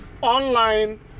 online